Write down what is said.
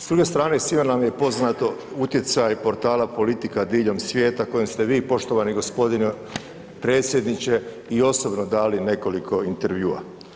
S druge strane svima nam je poznato utjecaj portala „Politika diljem svijeta“ kojem ste vi poštovani g. predsjedniče i osobno dali nekoliko intervjua.